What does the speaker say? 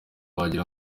wagira